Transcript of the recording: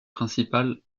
principal